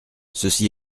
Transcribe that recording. ceci